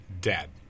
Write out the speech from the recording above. Dead